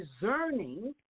discerning